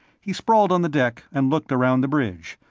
he sprawled on the deck and looked around the bridge,